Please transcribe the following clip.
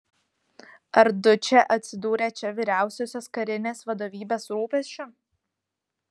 ar dučė atsidūrė čia vyriausiosios karinės vadovybės rūpesčiu